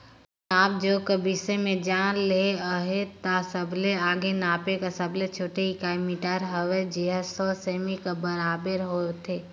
नाप जोख कर बिसे में जाने ले अहे ता सबले आघु नापे कर सबले छोटे इकाई मीटर हवे जेहर सौ सेमी कर बराबेर होथे